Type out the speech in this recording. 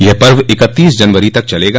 यह पर्व इकत्तीस जनवरी तक चलेगा